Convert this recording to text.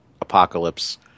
apocalypse